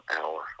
hour